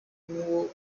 nubwo